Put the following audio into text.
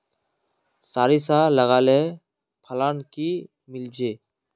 सारिसा लगाले फलान नि मीलचे?